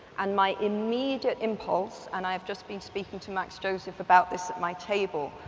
and my immediate impulse and i have just been speaking to max joseph about this at my table,